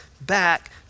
back